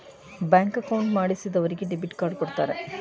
bank account ಮಾಡಿಸಿದರಿಗೆ debit card ಕೊಡ್ತಾರೆ